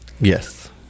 yes